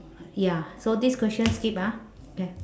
ya so this question skip ah K